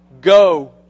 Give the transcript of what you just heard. go